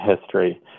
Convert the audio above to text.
history